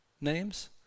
names